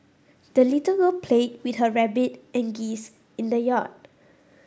the little girl played with her rabbit and geese in the yard